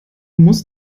musst